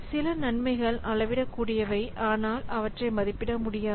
சில நன்மைகள் அளவிடக்கூடியவை ஆனால் அவற்றை மதிப்பிட முடியாது